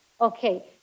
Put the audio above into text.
okay